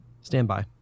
Standby